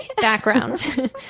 Background